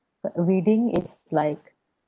but reading it's like